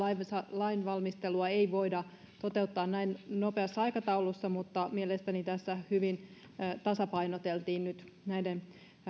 lainvalmistelua ei voida toteuttaa näin nopeassa aikataulussa mutta mielestäni tässä hyvin tasapainoteltiin nyt näiden